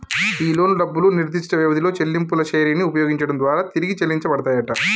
ఈ లోను డబ్బులు నిర్దిష్ట వ్యవధిలో చెల్లింపుల శ్రెరిని ఉపయోగించడం దారా తిరిగి చెల్లించబడతాయంట